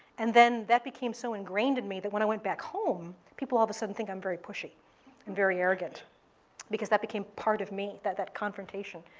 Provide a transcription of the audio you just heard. and then that became so ingrained in me that when i went back home, people all of a sudden think i'm very pushy and very arrogant because that became part of me, that that confrontation.